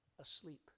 asleep